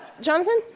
Jonathan